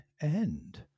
end